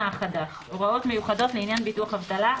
החדש) (הוראות מיוחדות לעניין ביטוח אבטלה),